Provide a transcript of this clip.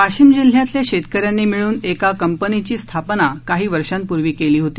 वाशिम जिल्ह्यातल्या शेतकऱ्यांनी मिळन एका कंपनीची स्थापना काही वर्षांपूर्वी केली होती